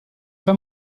pas